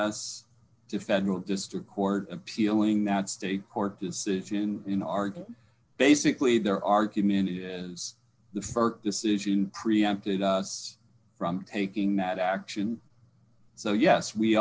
us to federal district court appealing that state court decision in oregon basically their argument is the st decision preempted us from taking that action so yes we